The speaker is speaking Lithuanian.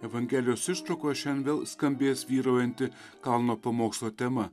evangelijos ištraukoje šiandien vėl skambės vyraujanti kalno pamokslo tema